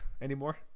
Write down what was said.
anymore